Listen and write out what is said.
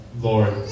Lord